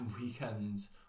weekends